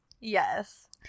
Yes